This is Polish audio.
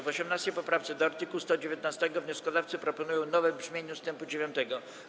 W 18. poprawce do art. 119 wnioskodawcy proponują nowe brzmienie ust. 9.